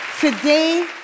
Today